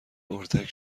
اردک